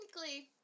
technically